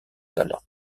talent